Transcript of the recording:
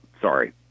sorry